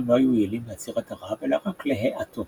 לא היו יעילים לעצירת הרעב אלא רק להאטו